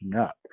up